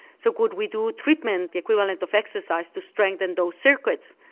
so could we do a treatment, the equivalent of exercise, to strengthen those circuits?